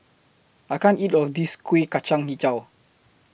I can't eat All of This Kuih Kacang Hijau